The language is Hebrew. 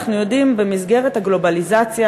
אנחנו יודעים שבמסגרת הגלובליזציה,